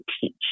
teach